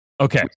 Okay